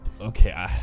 Okay